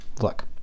Look